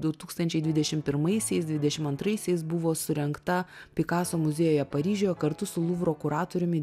du tūkstančiai dvidešim pirmaisiais dvidešim antraisiais buvo surengta pikaso muziejuje paryžiuje kartu su luvro kuratoriumi